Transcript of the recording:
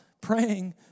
praying